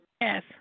Yes